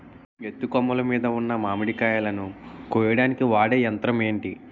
ఎత్తు కొమ్మలు మీద ఉన్న మామిడికాయలును కోయడానికి వాడే యంత్రం ఎంటి?